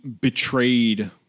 betrayed